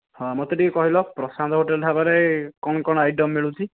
ହଁ ମୋତେ ଟିକେ କହିଲ ପ୍ରଶାନ୍ତ ହୋଟେଲ ଢାବାରେ କ'ଣ କ'ଣ ଆଇଟମ ମିଳୁଛି